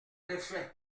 effet